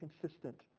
consistent